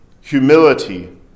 humility